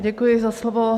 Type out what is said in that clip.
Děkuji za slovo.